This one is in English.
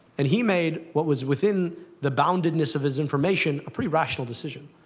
and he made what was, within the boundedness of his information, a pretty rational decision.